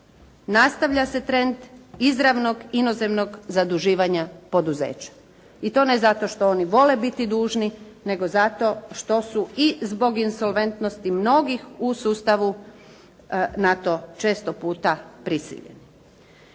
Nastavlja se trend izravnog inozemnog zaduživanja poduzeća i to ne zato što oni vole biti dužni, nego zato što su i zbog insolventnosti mnogih u sustavu na to često puta prisiljeni.